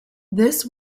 this